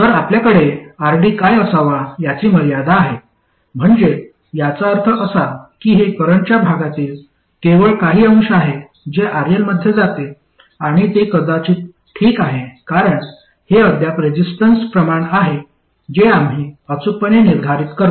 तर आपल्याकडे RD काय असावा याची मर्यादा आहे म्हणजे याचा अर्थ असा की हे करंटच्या भागातील केवळ काही अंश आहे जे RL मध्ये जाते आणि ते कदाचित ठीक आहे कारण हे अद्याप रेसिस्टन्स प्रमाण आहे जे आम्ही अचूकपणे निर्धारित करतो